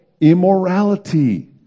immorality